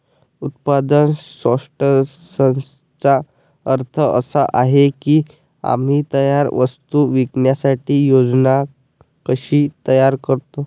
उत्पादन सॉर्टर्सचा अर्थ असा आहे की आम्ही तयार वस्तू विकण्याची योजना कशी तयार करतो